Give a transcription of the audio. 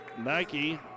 Nike